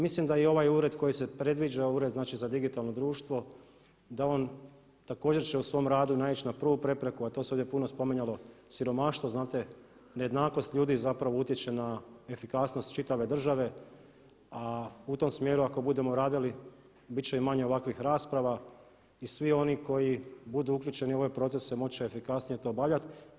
Mislim da ovaj ured koji se predviđa ured za digitalno društvo da on također će u svom radu naići na prvu prepreku, a to se ovdje puno spominjalo, siromaštvo, nejednakost ljudi zapravo utječe na efikasnost čitave države, a u tom smjeru ako budemo radili bit će manje i ovakvih rasprava i svi oni koji budu uključeni u ovaj proces će moć efikasnije to obavljat.